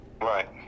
Right